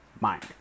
mind